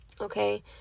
okay